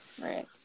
Right